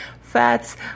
fats